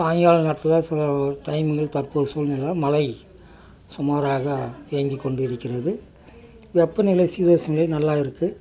சாயங்கால நேரத்தில் தற்போது சூழ்நிலை மழை சுமாராக பெஞ்சு கொண்டு இருக்கிறது வெப்பநிலை சீதோஷ்ண நிலை நல்லா இருக்கு